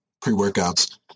pre-workouts